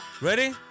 Ready